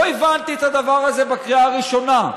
לא הבנתי את הדבר הזה בקריאה הראשונה,